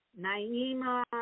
Naima